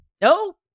No